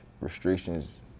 restrictions